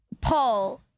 Paul